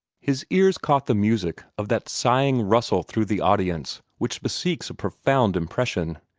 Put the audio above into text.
his ears caught the music of that sighing rustle through the audience which bespeaks a profound impression.